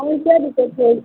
आओर क्या दिक्कत है इसमे